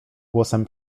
głosem